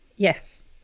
Yes